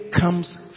comes